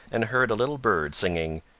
and heard a little bird singing,